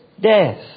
death